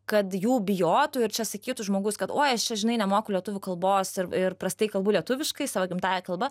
kad jų bijotų ir čia sakytų žmogus kad oi aš čia žinai nemoku lietuvių kalbos ir prastai kalbu lietuviškai savo gimtąja kalba